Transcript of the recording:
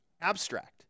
abstract